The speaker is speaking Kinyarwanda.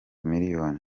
miliyoni